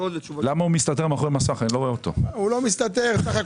יהיה יותר יעיל אני מציע שנקיים דיון אצלך